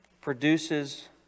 produces